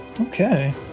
Okay